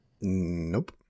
Nope